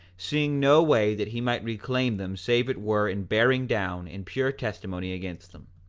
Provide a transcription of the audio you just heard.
seeing no way that he might reclaim them save it were in bearing down in pure testimony against them.